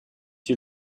you